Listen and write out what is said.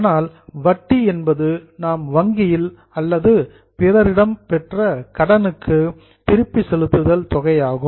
ஆனால் வட்டி என்பது நாம் வங்கியில் அல்லது பிறரிடம் பெற்ற கடனுக்கு ரீபேமண்ட் திருப்பி செலுத்துதல் தொகை ஆகும்